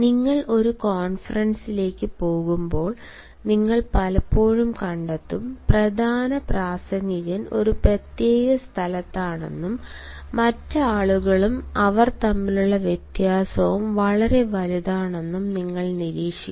നിങ്ങൾ ഒരു കോൺഫറൻസിലേക്ക് പോകുമ്പോൾ നിങ്ങൾ പലപ്പോഴും കണ്ടെത്തും പ്രധാന പ്രാസംഗികൻ ഒരു പ്രത്യേക സ്ഥലത്താണെന്നും മറ്റ് ആളുകളും അവർ തമ്മിലുള്ള വ്യത്യാസവും വളരെ വലുതാണെന്നും നിങ്ങൾ നിരീക്ഷിക്കും